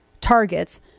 targets